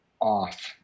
off